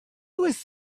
was